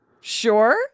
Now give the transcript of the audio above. Sure